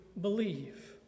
believe